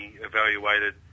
evaluated